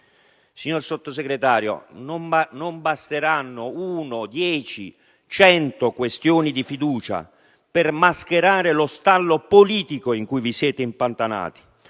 Signor Sottosegretario, non basteranno una, dieci, cento questioni di fiducia per mascherare lo stallo politico in cui vi siete impantanati.